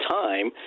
time